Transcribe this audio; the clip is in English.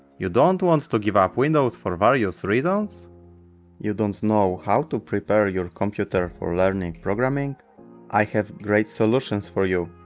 you don't want to give up windows for various reasons you don't know how to prepare your computer for learning programming i have great solutions for you.